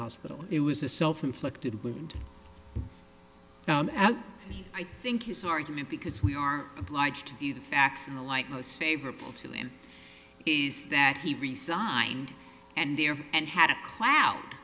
hospital it was a self inflicted wound i think his argument because we are obliged to view the facts in the light most favorable to him is that he resigned and there and had a cloud